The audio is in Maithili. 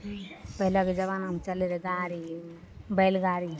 पहिलेके जमानामे चलय रहय गाड़ी बैलगाड़ी